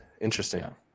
Interesting